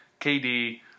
KD